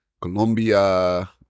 Colombia